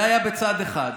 זה היה בצד אחד.